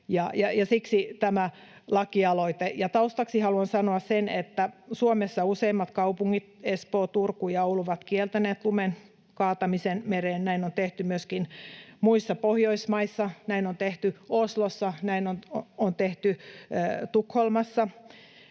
siksi tämä lakialoite. Taustaksi haluan sanoa sen, että Suomessa useimmat kaupungit, Espoo, Turku ja Oulu, ovat kieltäneet lumen kaatamisen mereen. Näin on tehty myöskin muissa Pohjoismaissa, näin on tehty Oslossa, näin on tehty Tukholmassa.